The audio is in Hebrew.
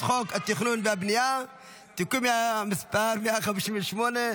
חוק התכנון והבנייה (תיקון מס' 158),